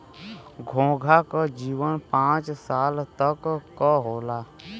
घोंघा क जीवन पांच साल तक क होला